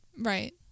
Right